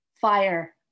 fire